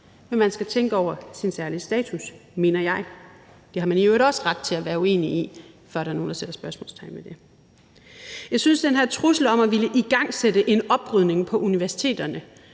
men man skal tænke over sin særlige status, mener jeg. Det har man i øvrigt også ret til at være uenig i, vil jeg sige, før der er nogen, der sætter spørgsmålstegn ved det. Jeg synes, at den her trussel om at ville igangsætte en oprydning på universiteterne